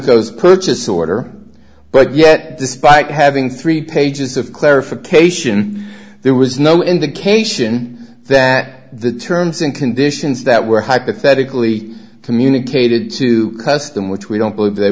those purchase order but yet despite having three pages of clarification there was no indication that the terms and conditions that were hypothetically communicated to custom which we don't believe they